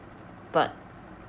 but